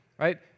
right